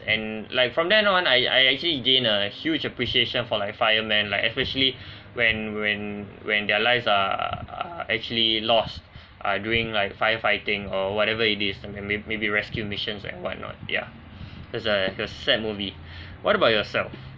and like from then on I I actually gain a huge appreciation for like fireman like especially when when when their lives are actually lost uh doing like firefighting or whatever it is sometime may~ maybe rescue missions and what not ya that's a it was sad movie what about yourself